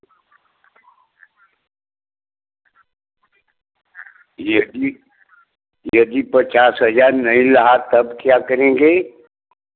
यदि यदि पचास हज़ार नहीं रहा तब क्या करेंगे